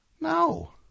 No